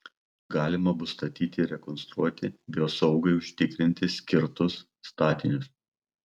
galima bus statyti ir rekonstruoti biosaugai užtikrinti skirtus statinius